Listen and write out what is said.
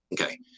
Okay